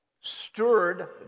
stirred